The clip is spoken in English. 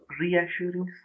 reassuring